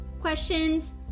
questions